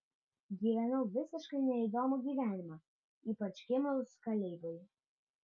gyvenau visiškai neįdomų gyvenimą ypač gimus kalebui